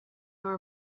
nor